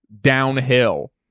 downhill